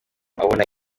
abona